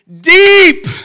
deep